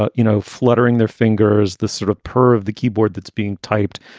ah you know, fluttering their fingers, the sort of purr of the keyboard that's being typed,